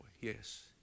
Yes